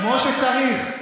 כמו שצריך.